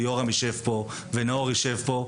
שיורם יישב פה ונאור יישב פה.